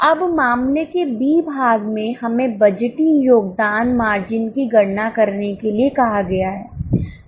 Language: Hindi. अब मामले के बी भाग में हमें बजटीय योगदान मार्जिन की गणना करने के लिए कहा गया है